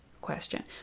question